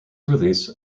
release